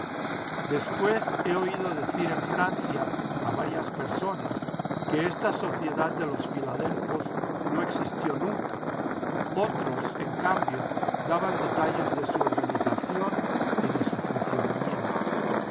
después he oído decir en francia a varias personas que esta sociedad de los filad elfos no existió nunca otros en cambio daban detalles de su organización y de su funcionamiento